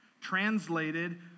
Translated